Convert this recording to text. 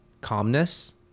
calmness